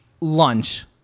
lunch